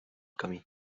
camí